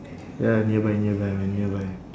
ya nearby nearby man nearby